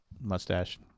mustache